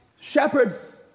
Shepherds